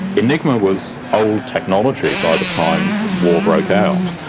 enigma was old technology by the time war broke out.